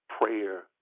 prayer